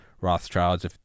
Rothschilds